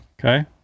Okay